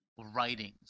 writings